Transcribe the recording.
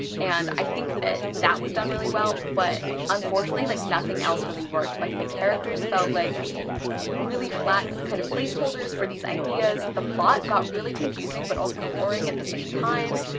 and i think that that was done really well but unfortunately like nothing else really worked. like the characters felt like really flat kind of placeholders for these ideas, the plot got really confusing but also boring at the same time,